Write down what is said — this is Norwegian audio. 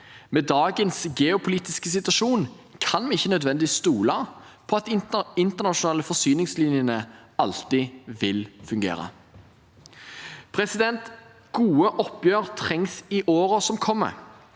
Med dagens geopolitiske situasjon kan vi ikke nødvendigvis stole på at de internasjonale forsyningslinjene alltid vil fungere. Gode oppgjør trengs i årene som kommer.